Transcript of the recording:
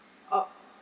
orh